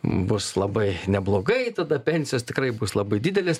bus labai neblogai tada pensijos tikrai bus labai didelės